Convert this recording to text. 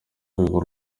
rwego